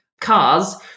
cars